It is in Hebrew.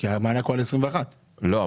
כי המענק הוא על 2021. לא,